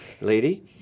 lady